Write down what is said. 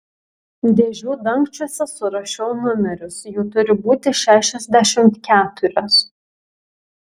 dėžių dangčiuose surašiau numerius jų turi būti šešiasdešimt keturios